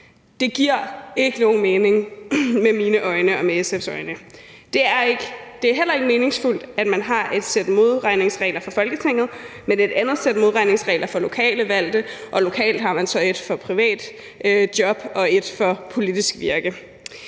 Det giver i mine og SF's øjne ikke nogen mening. Det er heller ikke meningsfuldt, at man har et sæt modregningsregler for Folketinget og et andet sæt modregningsregler for lokalt valgte, eller at man lokalt har et sæt regler for job i det